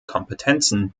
kompetenzen